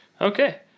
Okay